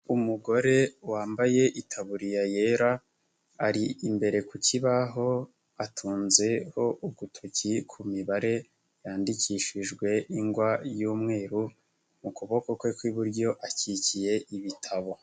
Umugore wambaye itaburiya yera ari imbere ku kibaho atunzeho ugutoki ku mibare yandikishijwe ingwa y'umweru, mu kuboko kwe kw'iburyo akikiye ibitabo.